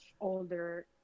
older